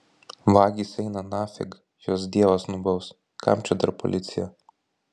vagys eina nafig juos dievas nubaus kam čia dar policija